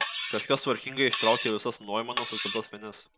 kažkas tvarkingai ištraukė visas noimano sukaltas vinis